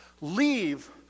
leave